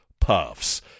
Puffs